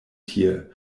tie